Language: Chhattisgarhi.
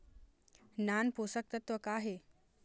नान पोषकतत्व का हे?